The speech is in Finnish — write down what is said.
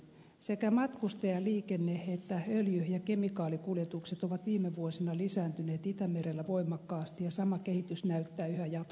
sekä matkustajaliikenne että öljy ja kemikaalikuljetukset ovat viime vuosina lisääntyneet itämerellä voimakkaasti ja sama kehitys näyttää yhä jatkuvan